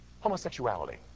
Homosexuality